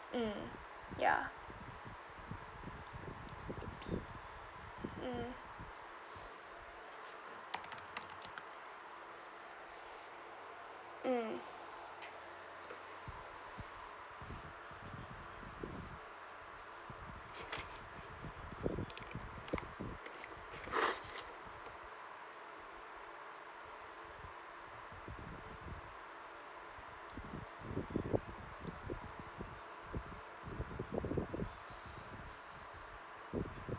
mm ya mm mm